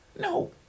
No